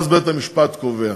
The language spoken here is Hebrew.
ואז בית-המשפט קובע.